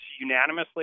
unanimously